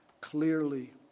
clearly